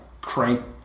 crank